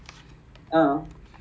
I think they missed a lot in the middle